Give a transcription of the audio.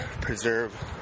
preserve